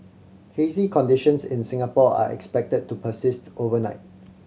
hazy conditions in Singapore are expected to persist overnight